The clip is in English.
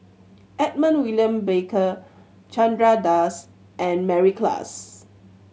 Edmund William Barker Chandra Das and Mary Klass